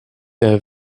der